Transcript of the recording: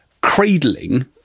cradling